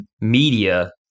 media